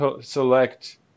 select